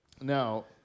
Now